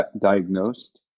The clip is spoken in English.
diagnosed